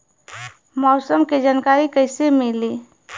मौसम के जानकारी कैसे मिली?